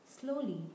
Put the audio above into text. Slowly